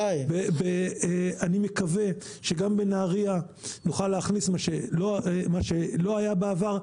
אני מקווה שגם בנהריה נוכל להכניס מה שלא היה בעבר,